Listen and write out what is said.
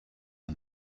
and